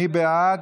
מי בעד?